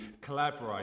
collaborate